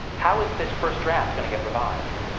how is this first draft going to get revised?